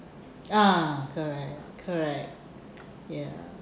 ah correct correct ya